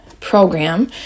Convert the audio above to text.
program